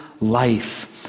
life